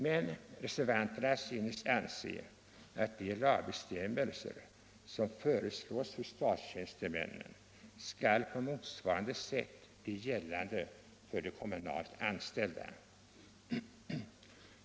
De synes anse att de lagbestämmelser som föreslås för statstjänstemännen på motsvarande sätt bör gälla de kommunalt anställda.